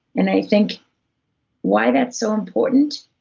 and i think why that's so important,